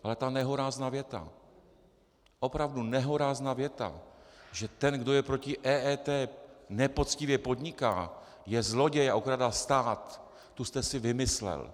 Ale ta nehorázná věta, opravdu nehorázná věta, že ten, kdo je proti EET, nepoctivě podniká, je zloděj a okrádá stát, tu jste si vymyslel.